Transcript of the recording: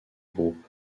groupe